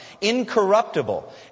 incorruptible